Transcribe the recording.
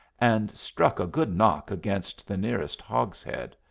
and struck a good knock against the nearest hogshead.